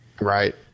right